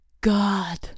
God